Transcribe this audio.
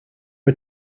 are